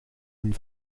een